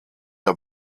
der